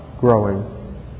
growing